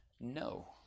no